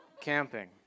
camping